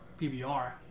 PBR